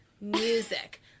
music